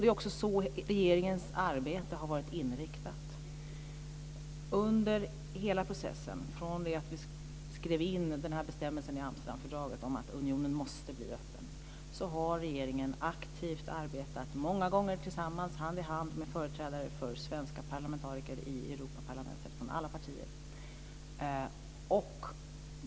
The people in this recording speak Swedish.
Det är också så regeringens arbete har varit inriktat. Under hela processen, från det att vi skrev in bestämmelsen i Amsterdamfördraget om att unionen måste bli öppen, har regeringen arbetat aktivt för detta, många gånger hand i hand med svenska parlamentariker i Europaparlamentet, från alla partier.